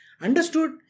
Understood